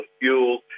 fuel